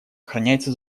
охраняется